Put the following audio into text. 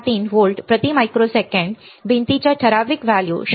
63 volt प्रति microsecond भिंतीच्या ठराविक व्हॅल्यू 0